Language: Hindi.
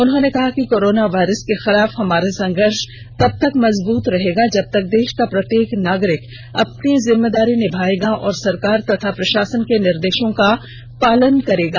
उन्होंने कहा कि कोरोना वायरस के खिलाफ हमारा संघर्ष तब तक मजबूत रहेगा जब तक देश का प्रत्येक नागरिक अपनी जिम्मेदारी निभायेगा और सरकार तथा प्रशासन के निर्देशों का पालन करेगा